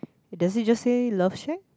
does it you just say love shack